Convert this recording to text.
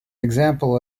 example